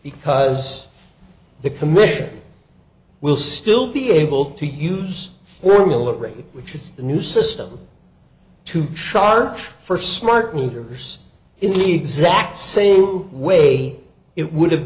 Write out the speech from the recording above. because the commission will still be able to use formula rate which is the new system to charge for smart meters in the exact same way it would have